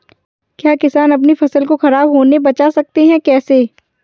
क्या किसान अपनी फसल को खराब होने बचा सकते हैं कैसे?